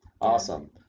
Awesome